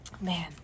man